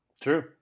True